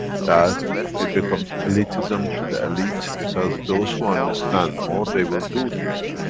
that it becomes elitism, to the elite. because those who understand more, they will do things.